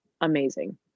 amazing